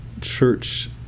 church